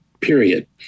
period